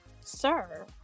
sir